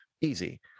easy